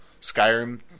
skyrim